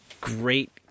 great